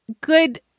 good